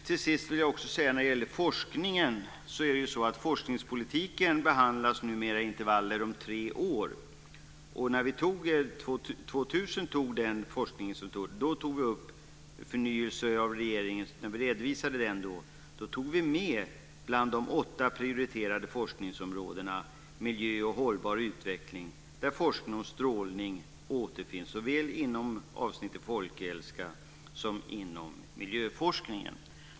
Till sist vill jag också säga att forskningspolitiken numera behandlas i intervall om tre år. När vi år 2000 antog förslaget till forskning och redovisade förnyelsen tog vi bland de åtta prioriterade forskningsområdena med miljö och hållbar utveckling. Där återfinns forskning om strålning såväl inom avsnittet folkhälsa som inom miljöforskningen.